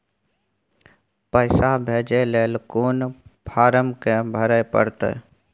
पैसा भेजय लेल कोन फारम के भरय परतै?